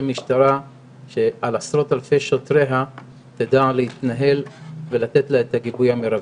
משטרה שעל עשרות אלפי שוטריה תדע להתנהל ולתת לה את הגיבוי המירבי.